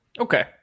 Okay